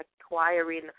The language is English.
acquiring